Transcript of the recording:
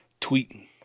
tweeting